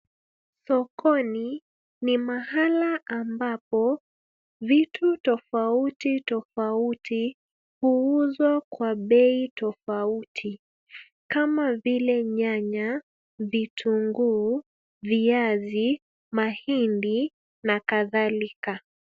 Sokoni, ni mahala ambapo vitu tofautitofauti huuzwa kwa bei tofauti. Kama vile nyanya, vitunguu, viazi, mahindi na kadhalika.